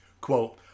Quote